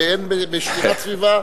הרי בשמירת סביבה,